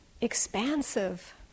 expansive